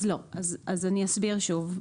אז אני אסביר שוב.